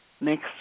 next